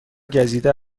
گزیده